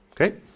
Okay